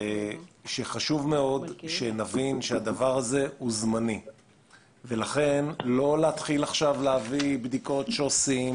חשוב מאוד שנבין שזה זמני ולכן לא נתחיל עכשיו להביא בדיקות שו"סים